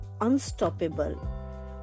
unstoppable